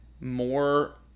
More